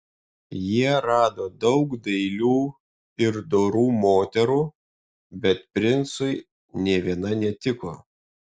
jie rado daug dailių ir dorų moterų bet princui nė viena netiko